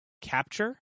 capture